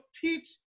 teach